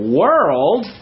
world